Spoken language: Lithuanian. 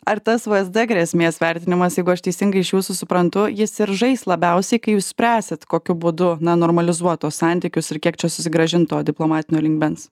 ar tas vsd grėsmės vertinimas jeigu aš teisingai iš jūsų suprantu jis ir žais labiausiai kai jūs spręsit kokiu būdu na normalizuot tuos santykius ir kiek čia susigrąžint to diplomatinio lygmens